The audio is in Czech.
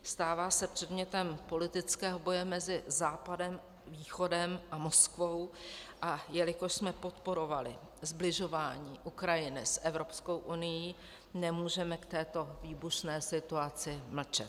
Stává se předmětem politického boje mezi Západem, Východem a Moskvou, a jelikož jsme podporovali sbližování Ukrajiny s Evropskou unií, nemůžeme k této výbušné situaci mlčet.